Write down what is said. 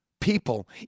people